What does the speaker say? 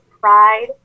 pride